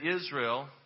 Israel